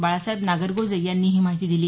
बाळासाहेब नागरगोजे यांनी ही माहिती दिली